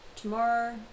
Tomorrow